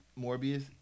Morbius